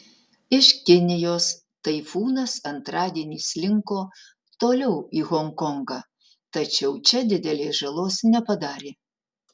iš kinijos taifūnas antradienį slinko toliau į honkongą tačiau čia didelės žalos nepadarė